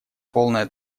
полное